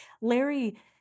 Larry